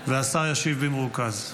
השר ישיב במרוכז.